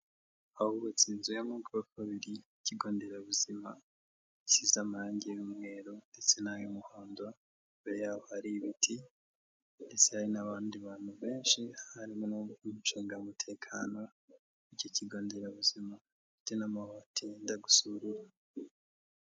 Ahubatse inzu y'amagorofa abiri. Ikigo nderabuzima gisize amarangi y'umweru ndetse n'ay'umuhondo. Imbere yaho hari ibiti ndetse hari n'abandi bantu benshi, harimo n'ushinzwe gucunga umutekano w'iki kigo nderabuzima, ndetse n'amabati yenda gusa ubururu.